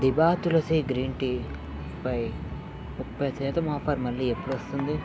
దిభా Tulsi green టీపై ముప్పై శాతం ఆఫర్ మళ్ళీ ఎప్పుడు వస్తుంది